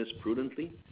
prudently